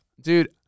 Dude